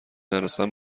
نرسم